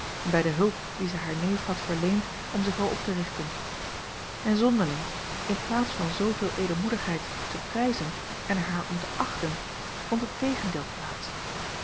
bij de hulp die zij haar neef had verleend om zich weer op te richten en zonderling in plaats van zooveel edelmoedigheid te prijzen en er haar om te achten vond het tegendeel plaats